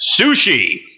sushi